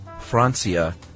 Francia